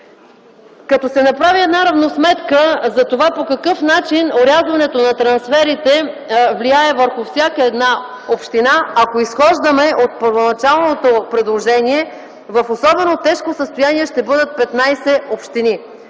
Когато се направи равносметка по какъв начин орязването на трансферите влияе върху всяка община, ако изхождаме от първоначалното предложение, в особено тежко състояние ще бъдат 15 общини.